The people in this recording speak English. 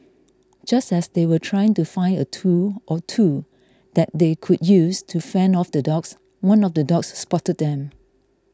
just as they were trying to find a tool or two that they could use to fend off the dogs one of the dogs spotted them